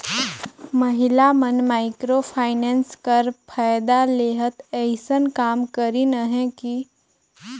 महिला मन micro finance कर फएदा लेहत अइसन काम करिन अहें कि